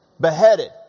beheaded